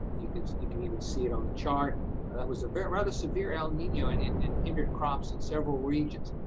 you can you can even see it on the chart, that was a rather severe el nino and it and hindered crops in several regions.